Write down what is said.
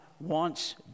wants